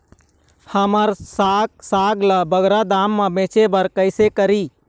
हमर साग साग ला बगरा दाम मा बेचे बर कइसे करी?